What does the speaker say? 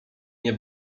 nie